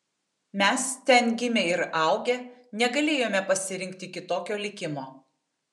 mes ten gimę ir augę negalėjome pasirinkti kitokio likimo